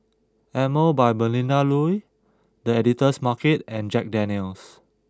Emel by Melinda Looi The Editor's Market and Jack Daniel's